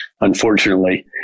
unfortunately